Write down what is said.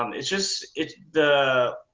um it's just, it's the